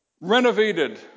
renovated